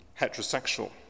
heterosexual